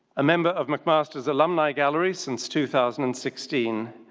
a member of mcmaster's alumni gallery since two thousand and sixteen,